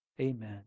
amen